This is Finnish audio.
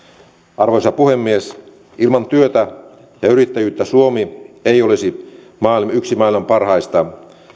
arvoisa puhemies ilman työtä ja yrittäjyyttä suomi ei olisi yksi maailman parhaista